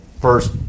first